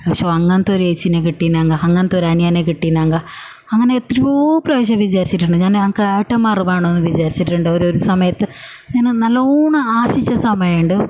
ശോ അങ്ങനത്തെ ഒരേച്ചിനെ കിട്ടീനെങ്കിൽ അങ്ങനത്തെ ഒരനിയനെ കിട്ടീനെങ്കിൽ അങ്ങനെ എത്രയോ പ്രാവശ്യം വിചാരിച്ചിട്ടുണ്ട് ഞാന് ഞങ്ങൾക്ക് ഏട്ടന്മാർ വേണമെന്ന് വിചാരിച്ചിട്ടുണ്ട് ഒരു സമയത്ത് ഞാൻ നല്ലവണ്ണം ആശിച്ച സമയമുണ്ട്